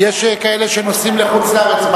יש כאלה שנוסעים לחוץ-לארץ,